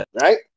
right